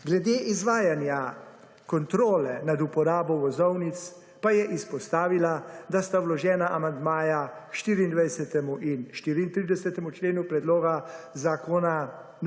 Glede izvajanja kontrole nad uporabo vozovnic pa je izpostavila, da sta vložena amandmaja k 24. in 34. členu predloga zakona